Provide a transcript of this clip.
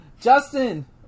Justin